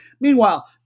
Meanwhile